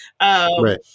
Right